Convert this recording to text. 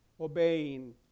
obeying